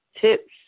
tips